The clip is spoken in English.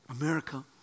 America